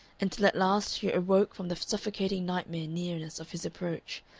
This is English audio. until at last she awoke from the suffocating nightmare nearness of his approach,